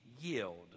yield